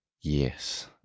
yes